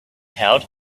held